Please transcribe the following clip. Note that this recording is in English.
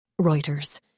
Reuters